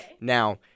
Now